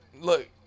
look